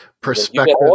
perspective